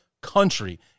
country